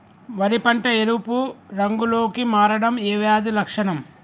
వరి పంట ఎరుపు రంగు లో కి మారడం ఏ వ్యాధి లక్షణం?